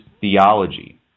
theology